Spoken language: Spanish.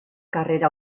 carrera